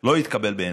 לא התקבל בעיניהם.